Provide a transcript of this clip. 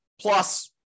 plus